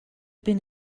been